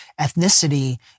ethnicity